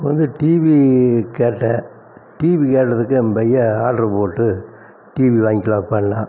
இப்போது வந்து டிவி கேட்ட டிவி கேட்டதுக்கு என் பையன் ஆர்டரு போட்டு டிவி வாங்கிக்கலாப்பான்னா